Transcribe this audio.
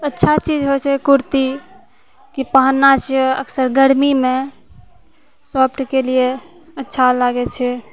अच्छा चीज होइ छै कुर्ती की पहनना चाहिए अक्सर गर्मी मे सॉफ्टके लिए अच्छा लागै छै